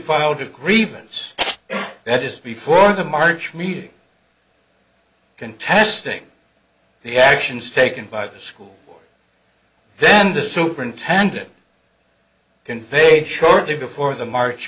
filed a grievance that is before the march meeting contesting the actions taken by the school then the superintendent conveyed shortly before the march